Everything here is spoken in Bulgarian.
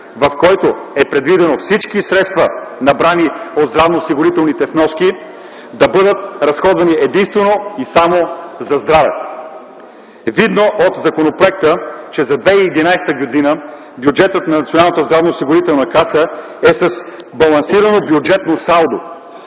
в който е предвидено всички средства, набрани от здравноосигурителните вноски, да бъдат разходвани единствено и само за здраве. Видно от законопроекта е, че за 2011 г. бюджетът на Националната здравноосигурителна каса е с балансирано бюджетно салдо